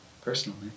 personally